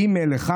ג(11)